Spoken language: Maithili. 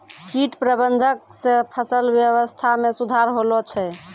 कीट प्रबंधक से फसल वेवस्था मे सुधार होलो छै